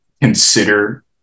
consider